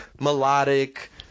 melodic